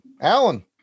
alan